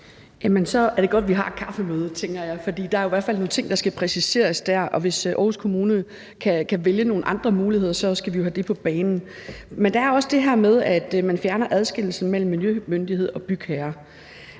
så er det godt, at vi har et kaffemøde, tænker jeg, for der er i hvert fald nogle ting, der skal præciseres der, og hvis Aarhus Kommune kan vælge nogle andre muligheder, skal vi jo have det på banen. Men der er også det her med, at man fjerner adskillelsen mellem miljømyndighed og bygherre.